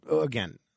again